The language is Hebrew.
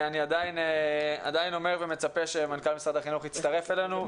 אני עדיין אומר ומצפה שמנכ"ל משרד החינוך הצטרף אלינו.